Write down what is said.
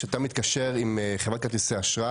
כאשר אתה מתקשר עם חברת כרטיסי אשראי